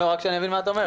רק שאבין מה את אומרת.